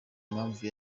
impamvu